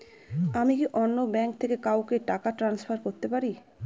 আমি কি অন্য ব্যাঙ্ক থেকে কাউকে টাকা ট্রান্সফার করতে পারি?